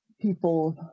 people